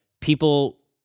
people